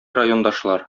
райондашлар